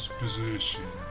position